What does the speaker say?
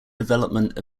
development